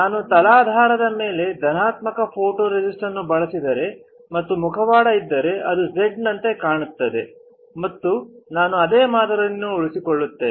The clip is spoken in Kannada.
ನಾನು ತಲಾಧಾರದ ಮೇಲೆ ಧನಾತ್ಮಕ ಫೋಟೊರೆಸಿಸ್ಟ್ ಅನ್ನು ಬಳಸಿದರೆ ಮತ್ತು ಮುಖವಾಡ ಇದ್ದರೆ ಅದು Z ನಂತೆ ಕಾಣುತ್ತದೆ ಮತ್ತು ನಾನು ಅದೇ ಮಾದರಿಯನ್ನು ಉಳಿಸಿಕೊಳ್ಳುತ್ತೇನೆ